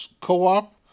co-op